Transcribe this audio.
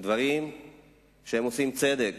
דברים שעושים צדק